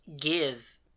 give